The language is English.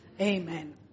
Amen